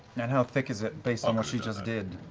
and how thick is it, based on what she just did?